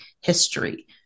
history